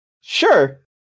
Sure